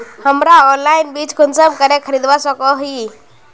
हमरा ऑनलाइन बीज कुंसम करे खरीदवा सको ही?